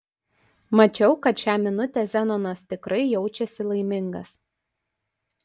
mačiau kad šią minutę zenonas tikrai jaučiasi laimingas